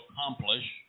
accomplish